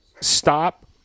stop